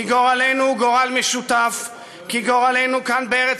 כי גורלנו הוא גורל משותף.